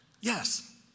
Yes